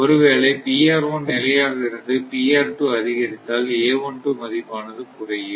ஒருவேளை நிலையாக இருந்து அதிகரித்தால் மதிப்பானது குறையும்